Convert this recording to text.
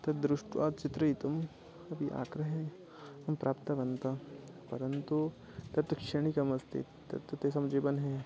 तद् दृष्ट्वा चित्रयितुम् अपि आग्रहे एवं प्राप्तवन्तः परन्तु तत् क्षणिकमस्ति तत्तु तेषां जीवने